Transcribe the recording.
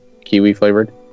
Kiwi-flavored